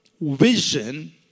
vision